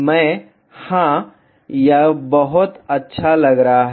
मैं हाँ यह बहुत अच्छा लग रहा है